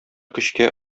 көчкә